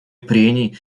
прений